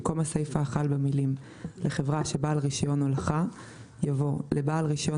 במקום הסיפה החל במילים "לחברה שבעל רישיון הולכה" יבוא "לבעל רישיון